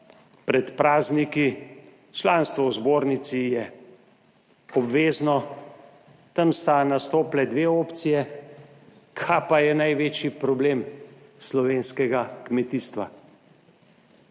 pred prazniki. Članstvo v zbornici je obvezno. Tam sta nastopili dve opciji. Kaj pa je največji problem slovenskega kmetijstva?